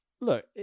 look